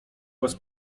bez